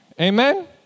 Amen